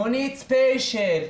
מונית ספיישל,